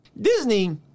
Disney